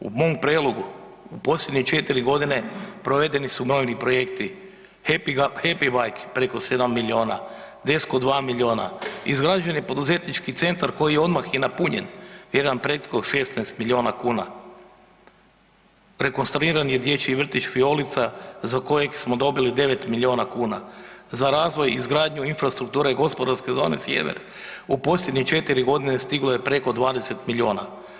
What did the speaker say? U mom Prelogu u posljednje četiri godine provedeni su brojni projekti, „Happy Bike“ preko 7 milijuna, „DESCO“ 2 milijuna, izgrađen je poduzetnički centar koji je odmah i napunjen jedan preko 16 milijuna kuna, rekonstruiran je Dječji vrtić „Fiolica2 za kojeg smo dobili 9 milijuna kuna, za razvoj i izgradnju infrastrukture Gospodarske zone Sjever u posljednje 4 godine stiglo je preko 20 milijuna.